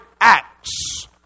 acts